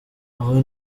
aho